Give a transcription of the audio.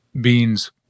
beans